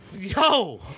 Yo